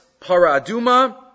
Paraduma